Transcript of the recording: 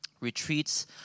Retreats